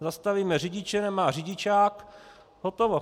Zastavíme řidiče, nemá řidičák, hotovo.